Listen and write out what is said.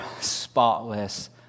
spotless